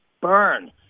burn